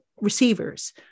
receivers